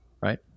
right